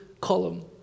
column